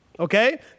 Okay